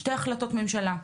שתי החלטות ממשלה,